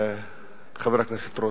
חבר הכנסת רותם,